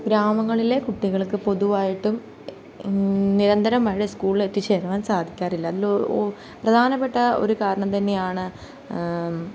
ഗ്രാമങ്ങളിലെ കുട്ടികൾക്ക് പൊതുവായിട്ടും നിരന്തരം വഴി സ്കൂളിൽ എത്തിച്ചേരുവാൻ സാധിക്കാറില്ലല്ലോ ഒ പ്രധാനപ്പെട്ട ഒരു കാരണം തന്നെയാണ്